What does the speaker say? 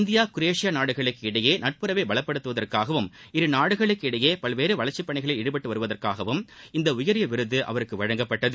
India Croatia நாடுகளுக்கு இடையே நட்புறவை பலப்படுத்துவதற்காகவும் இரு நாடுகளுக்கு இடையே பல்வேறு வளர்ச்சிப் பணிகளில் ஈடுபட்டு வருவதற்காகவும் இந்த உயரிய விருது அவருக்கு வழங்கப்பட்டது